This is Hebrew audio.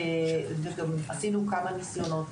וגם עשינו כבר כמה ניסיונות.